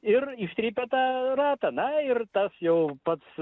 ir ištrypia tą ratą na ir tas jau pats